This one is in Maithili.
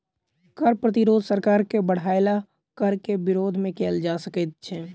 कर प्रतिरोध सरकार के बढ़ायल कर के विरोध मे कयल जा सकैत छै